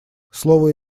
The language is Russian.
слово